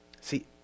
See